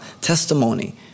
testimony